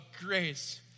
grace